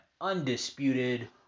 undisputed